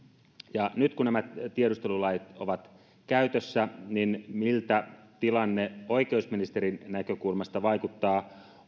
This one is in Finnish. nyt kun nämä tiedustelulait ovat käytössä niin miltä tilanne oikeusministerin näkökulmasta vaikuttaa